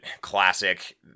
classic